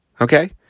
Okay